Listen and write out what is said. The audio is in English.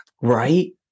Right